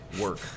work